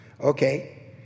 Okay